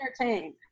entertained